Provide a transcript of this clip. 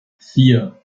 vier